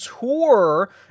tour